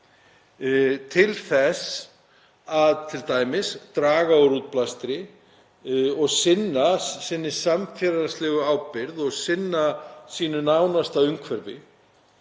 til þess t.d. að draga úr útblæstri og sinna sinni samfélagslegu ábyrgð og sinna sínu nánasta umhverfi.